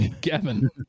Gavin